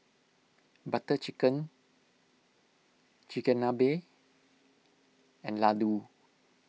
Butter Chicken Chigenabe and Ladoo